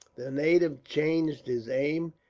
the native changed his aim,